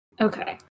Okay